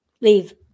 leave